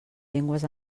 llengües